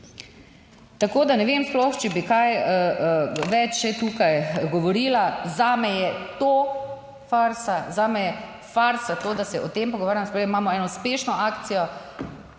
Tako da, ne vem sploh, če bi kaj več še tukaj govorila. Zame je to farsa, Zame je farsa to, da se o tem pogovarjamo, se pravi imamo eno uspešno akcijo